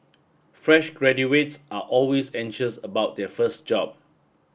fresh graduates are always anxious about their first job